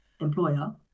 employer